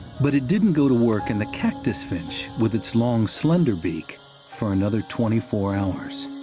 but it didn't go to work in the cactus finch with its long, slender beak for another twenty four hours.